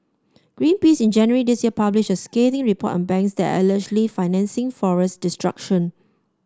Greenpeace in January this year published a scathing report on banks that are allegedly financing forest destruction